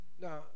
Now